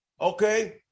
okay